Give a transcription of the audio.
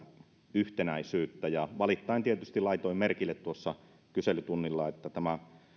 yhtenäisyyttä ja valittaen tietysti laitoin merkille tuossa kyselytunnilla että tämä